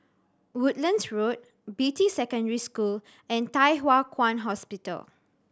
Woodlands Road Beatty Secondary School and Thye Hua Kwan Hospital